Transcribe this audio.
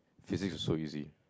physics is so easy